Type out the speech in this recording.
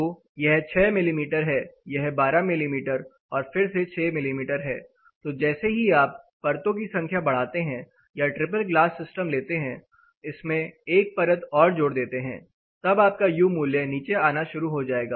तो यह 6 मिमी है यह 12 मिमी और फिर से 6 मिमी है तो जैसे ही आप परतों की संख्या बढ़ाते हैं या ट्रिपल ग्लास सिस्टम लेते हैं इसमें एक परत और जोड़ देते हैं तब आपका यू मूल्य नीचे आना शुरू हो जाएगा